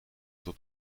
tot